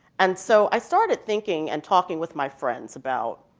and so i started thinking and talking with my friends about,